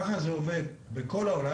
ככה זה עובד בכל העולם.